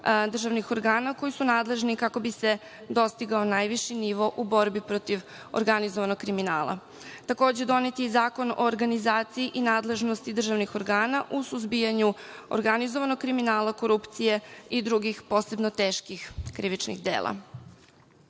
državnih organa koji su nadležni kako bi se dostigao najviši nivo u borbi protiv organizovanog kriminala. Takođe, donet je i Zakon o organizaciji i nadležnosti državnih organa u suzbijanju organizovanog kriminala, korupcije i drugih posebno teških krivičnih dela. Jako